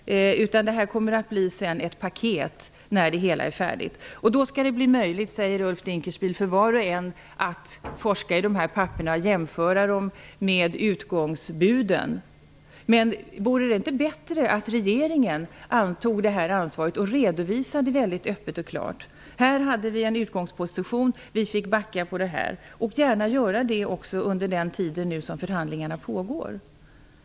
Det kommer att bli ett paket när det hela är färdigt. Då skall det bli möjligt, säger Ulf Dinkelspiel, för var och en att forska i papperen och jämföra innehållet med utgångsbuden. Men vore det inte bättre att regeringen tog sitt ansvar och redovisade öppet och klart: ''Här hade vi en utgångsposition, men vi fick backa där.'' Regeringen får gärna göra det under den tid förhandlingarna pågår.